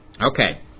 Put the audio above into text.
Okay